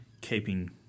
keeping